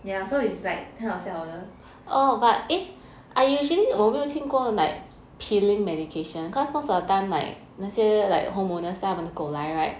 ya so is like 很好笑的